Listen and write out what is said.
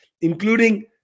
including